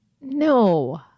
no